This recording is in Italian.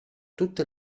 tutte